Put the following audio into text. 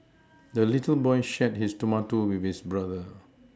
the little boy shared his tomato with his brother